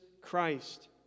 Christ